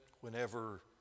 whenever